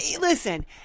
listen